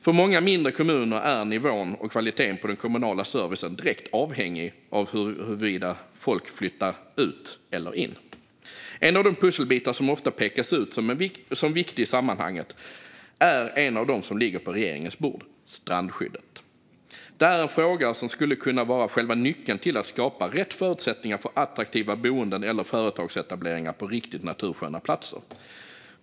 För många mindre kommuner är nivån och kvaliteten på den kommunala servicen direkt avhängig av huruvida folk flyttar ut - eller in. En pusselbit som ofta pekats ut som viktig i sammanhanget är en av dem som ligger på regeringens bord - strandskyddet. Det är en fråga som skulle kunna vara själva nyckeln till att skapa rätt förutsättningar för attraktiva boenden eller företagsetableringar på riktigt natursköna platser.